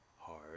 hard